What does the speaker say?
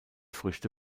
früchte